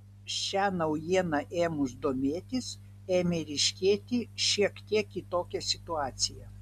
šia naujiena ėmus domėtis ėmė ryškėti šiek tiek kitokia situacija